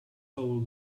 whole